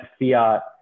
fiat